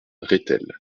rethel